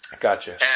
gotcha